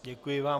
Děkuji vám.